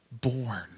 born